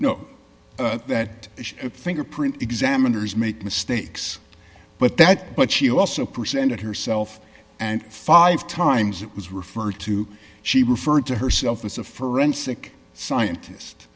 know that fingerprint examiners make mistakes but that but she also presented herself and five times it was referred to she referred to herself as a forensic scientist